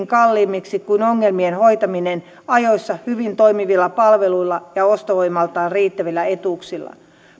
kalliimmiksi kuin ongelmien hoitaminen ajoissa hyvin toimivilla palveluilla ja ostovoimaltaan riittävillä etuuksilla